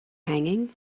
hanging